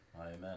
Amen